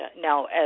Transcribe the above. Now